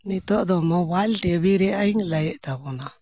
ᱱᱤᱛᱳᱜ ᱫᱚ mobile TV ᱨᱮᱱᱟᱜ ᱤᱧ ᱞᱟᱹᱭᱮᱫ ᱛᱟᱵᱚᱱᱟ